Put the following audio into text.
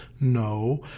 no